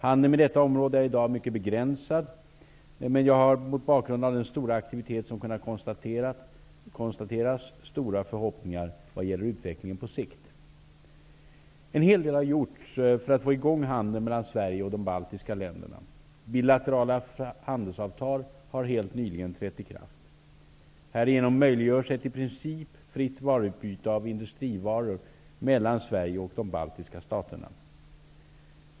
Handeln med detta område är i dag mycket begränsad, men jag har mot bakgrund av den stora aktivitet som kunnat konstateras stora förhoppningar vad gäller utvecklingen på sikt. En hel del har gjorts för att få igång handeln mellan Sverige och de baltiska länderna. Bilaterala frihandelsavtal har helt nyligen trätt i kraft. Härigenom möjliggörs ett i princip fritt utbyte av industrivaror mellan Sverige och de baltiska staterna.